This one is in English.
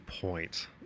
point